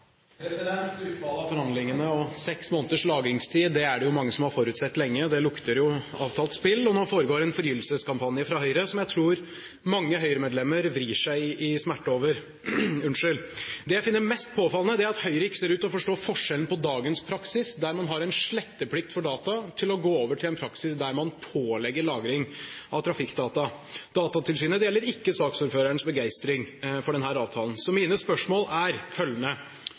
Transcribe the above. det lukter jo avtalt spill. Nå foregår en forgyllelseskampanje fra Høyre, som jeg tror mange Høyre-medlemmer vrir seg i smerte over. Det jeg finner mest påfallende, er at Høyre ikke ser ut til å forstå forskjellen på dagens praksis, der man har en sletteplikt for data, og det å gå over til en praksis der man pålegger lagring av trafikkdata. Datatilsynet deler ikke saksordførerens begeistring for denne avtalen. Mine spørsmål er følgende: